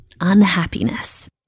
unhappiness